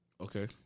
Okay